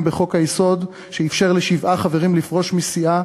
בחוק-היסוד שאפשר לשבעה חברים לפרוש מסיעה,